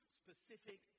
specific